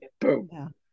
Boom